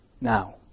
now